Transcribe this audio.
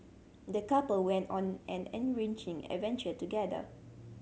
the couple went on an enriching adventure together